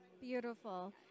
Beautiful